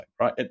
right